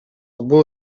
бул